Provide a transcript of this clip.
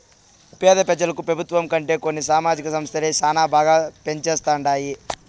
పేద పెజలకు పెబుత్వం కంటే కొన్ని సామాజిక సంస్థలే శానా బాగా పంజేస్తండాయి